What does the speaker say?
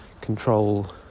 control